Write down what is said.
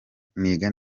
kandi